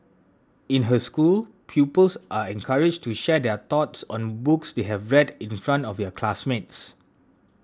in her school pupils are encouraged to share their thoughts on books they have read in front of their classmates